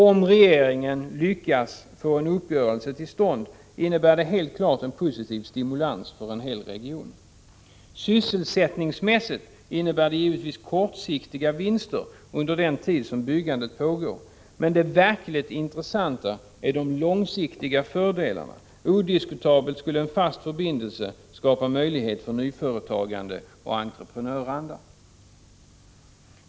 Om regeringen lyckas få en uppgörelse till stånd, innebär det helt klart en positiv stimulans för en hel region. Sysselsättningsmässigt innebär det givetvis kortsiktiga vinster under den tid som byggandet pågår. Men det verkligt intressanta är de långsiktiga fördelarna. Odiskutabelt skulle en fast förbindelse skapa möjlighet för nyföretagande och entreprenöranda.